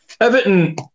Everton